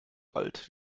alt